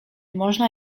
można